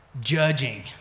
judging